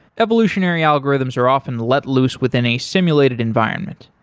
evolutionary algorithms are often let loose within a simulated environment.